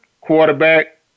quarterback